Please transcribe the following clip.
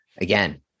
again